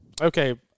Okay